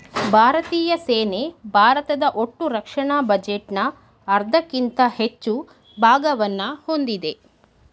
ಭಾರತೀಯ ಸೇನೆ ಭಾರತದ ಒಟ್ಟುರಕ್ಷಣಾ ಬಜೆಟ್ನ ಅರ್ಧಕ್ಕಿಂತ ಹೆಚ್ಚು ಭಾಗವನ್ನ ಹೊಂದಿದೆ